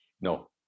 No